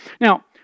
Now